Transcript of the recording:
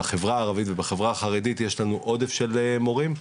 בחברה הערבית ובחברה החרדית יש לנו עודף של מורים,